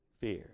fear